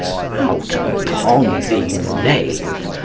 out upon thee, knave!